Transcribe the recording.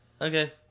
Okay